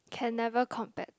can never compared